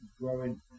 growing